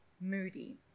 Moody